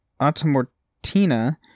Automortina